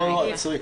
עצרי,